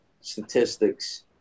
statistics